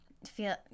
feel